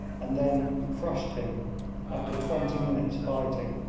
and then he crushed him after twenty minutes' fighting.